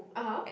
(uh huh)